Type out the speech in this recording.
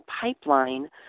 pipeline